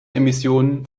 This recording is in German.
emissionen